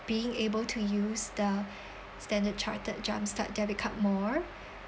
being able to use the standard chartered jumpstart debit card more